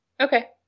Okay